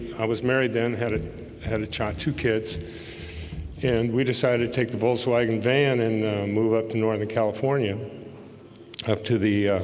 i was married then had it had to cha two kids and we decided to take the volkswagen van and move up to northern, california up to the